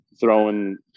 throwing